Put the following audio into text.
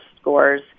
scores